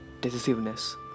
Decisiveness